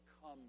come